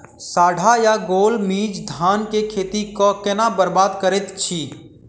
साढ़ा या गौल मीज धान केँ खेती कऽ केना बरबाद करैत अछि?